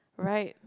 right